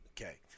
okay